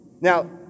Now